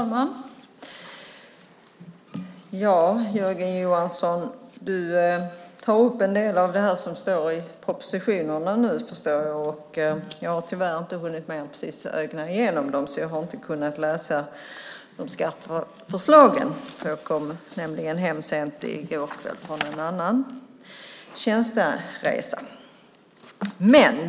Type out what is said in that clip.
Herr talman! Jörgen Johansson tar upp en del av det som står i propositionen, förstår jag. Jag har tyvärr inte hunnit mer än att ögna igenom den, så jag har inte läst om skatteförslagen. Jag kom nämligen hem sent i går kväll från en tjänsteresa.